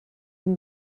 این